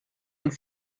and